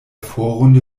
vorrunde